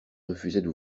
refusaient